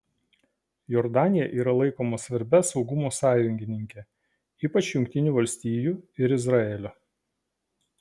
jordanija yra laikoma svarbia saugumo sąjungininke ypač jungtinių valstijų ir izraelio